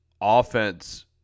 offense